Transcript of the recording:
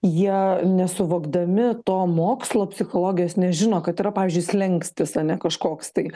jie nesuvokdami to mokslo psichologijos nežino kad yra pavyzdžiui slenkstis ane kažkoks tai